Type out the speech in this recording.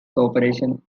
corporation